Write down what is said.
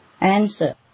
answer